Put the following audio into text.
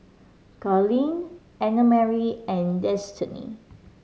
Carlyle Annamarie and Destany